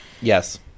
yes